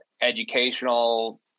educational